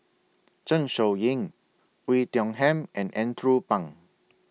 Zeng Shouyin Oei Tiong Ham and Andrew Phang